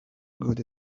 good